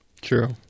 True